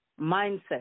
mindset